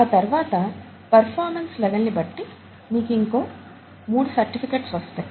ఆ తర్వాత performance level ని బట్టి మీకు ఇంకో మూడు సర్టిఫికెట్స్ వస్తాయి